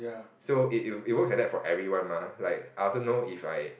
so it it it works like that for everyone mah like I also know if I